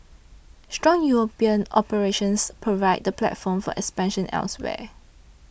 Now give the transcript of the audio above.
strong European operations provide the platform for expansion elsewhere